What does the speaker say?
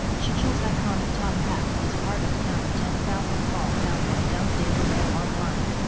churchills iconic top hat is part of pound ten thousand haul found at a dump daily mail online